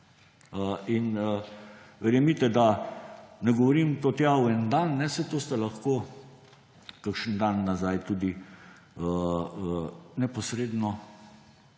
In verjemite, da ne govorim tega tja v en dan, saj to ste lahko kakšen dan nazaj tudi neposredno